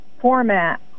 format